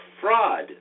fraud